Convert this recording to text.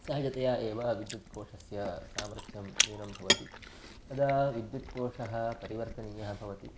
सहजतया एव विद्युत्कोषस्य सामर्थ्यं न्यूनं भवति तदा विद्युत्कोषः परिवर्तनीयः भवति